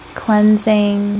cleansing